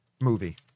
movie